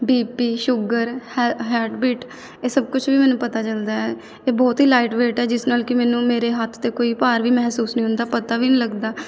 B P sugar ਹੈਲ heartbeat ਇਹ ਸਭ ਕੁਛ ਵੀ ਮੈਨੂੰ ਪਤਾ ਚਲਦਾ ਹੈ ਇਹ ਬਹੁਤ ਹੀ ਲਾਈਟ ਵੇਟ ਹੈ ਜਿਸ ਨਾਲ ਕਿ ਮੈਨੂੰ ਮੇਰੇ ਹੱਥ 'ਤੇ ਕੋਈ ਭਾਰ ਵੀ ਮਹਿਸੂਸ ਨਹੀਂ ਹੁੰਦਾ ਪਤਾ ਵੀ ਨਹੀਂ ਲੱਗਦਾ